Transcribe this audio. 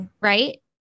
right